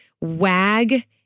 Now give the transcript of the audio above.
Wag